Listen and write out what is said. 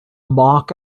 mark